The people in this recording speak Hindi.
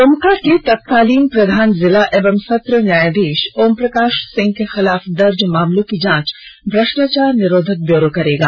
दमका के तत्कालीन प्रधान जिला एवं सत्र न्यायाधीष ओम प्रकाष सिंह के खिलाफ दर्ज मामलों की जांच भ्रष्टाचार निरोधक ब्यूरो करेगा